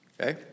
Okay